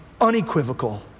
unequivocal